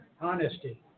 Honesty